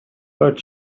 but